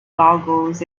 goggles